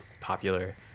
popular